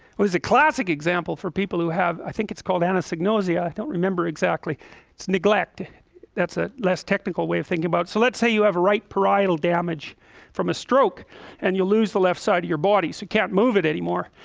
was a classic example for people who have i think it's called anis ignasi, i don't remember exactly it's neglect that's a less technical way of thinking about so let's say you have a right parietal damage from a stroke and you lose the left side of your body so you can't move it anymore,